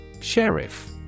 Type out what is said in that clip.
Sheriff